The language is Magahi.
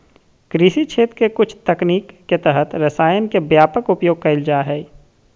कृषि क्षेत्र के कुछ तकनीक के तहत रसायन के व्यापक उपयोग कैल जा हइ